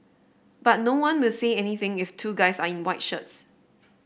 but no one will say anything if two guys are in white shirts